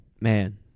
man